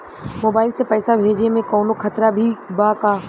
Mobile से पैसा भेजे मे कौनों खतरा भी बा का?